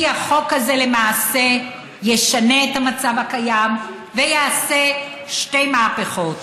כי החוק הזה למעשה ישנה את המצב הקיים ויעשה שתי מהפכות: